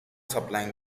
supplying